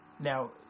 Now